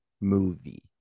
movie